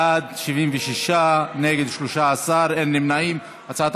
ההצעה להעביר את הצעת